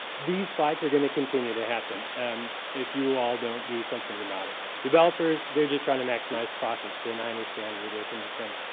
these fights are going to continue to happen if you all don't do something about it. developers, they're just trying to maximize profits, and i understand where they're coming from.